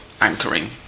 anchoring